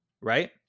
right